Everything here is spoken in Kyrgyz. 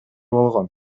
болгон